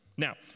Now